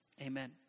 Amen